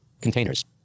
Containers